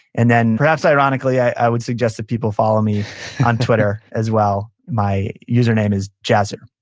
and then, perhaps ironically, i would suggest that people follow me on twitter, as well. my user name is jazer,